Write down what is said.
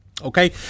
Okay